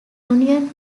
union